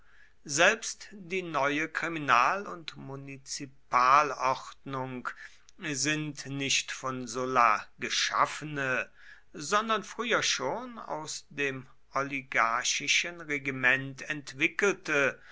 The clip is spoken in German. selbst die neue kriminal und munizipalordnung sind nicht von sulla geschaffene sondern früher schon aus dem oligarchischen regiment entwickelte